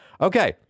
Okay